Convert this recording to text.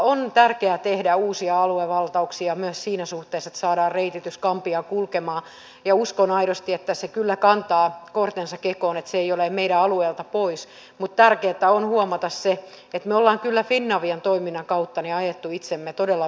on tärkeää tehdä uusia aluevaltauksia myös siinä suhteessa että saadaan reititys gambiaan kulkemaan ja uskon aidosti että se kyllä kantaa kortensa kekoon että se ei ole meidän alueiltamme pois mutta tärkeätä on huomata se että me olemme kyllä finavian toiminnan kautta ajaneet itsemme todella vaikeisiin käsiin